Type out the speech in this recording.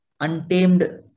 untamed